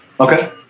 Okay